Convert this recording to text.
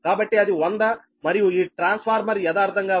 కాబట్టి అది 100 మరియు ఈ ట్రాన్స్ఫార్మర్ యదార్ధంగా వచ్చి 12